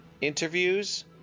interviews